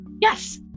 Yes